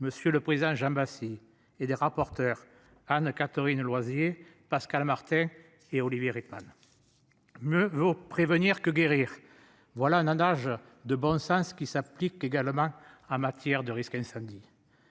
monsieur le président jamais assis et des rapporteurs Anne Katerine Loisier Pascale Martin et Olivier Rickman. Mieux vaut prévenir que guérir. Voilà un adage de bon sens qui s'applique également en matière de risque incendie.